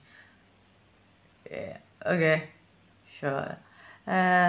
ya okay sure uh